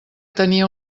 tenia